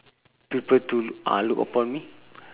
people to uh look upon me